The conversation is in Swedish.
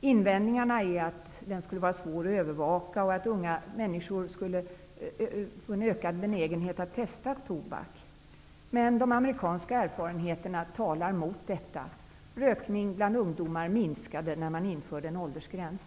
Invändningarna är att den skulle vara svår att övervaka och att unga människor skulle få en ökad benägenhet att testa tobak. Men de amerikanska erfarenheterna talar mot detta. Rökning bland ungdomar minskade när en åldersgräns infördes.